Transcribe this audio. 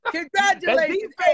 Congratulations